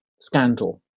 scandal